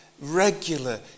regular